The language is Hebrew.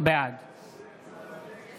בעד